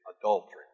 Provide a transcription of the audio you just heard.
adultery